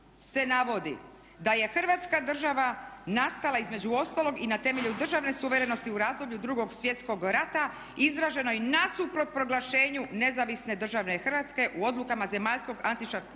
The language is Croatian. se navodi da je Hrvatska država nastala između ostalog i na temelju državne suverenosti u razdoblju Drugog svjetskog rata izraženoj nasuprot proglašenju Nezavisne države Hrvatske u odlukama Zemaljskog antifašističkog